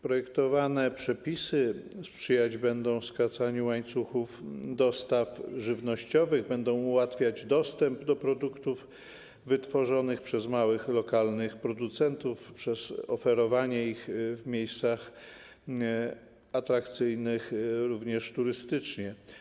Projektowane przepisy sprzyjać będą skracaniu łańcuchów dostaw żywnościowych, będą ułatwiać dostęp do produktów wytworzonych przez małych, lokalnych producentów przez oferowanie ich w miejscach atrakcyjnych również turystycznie.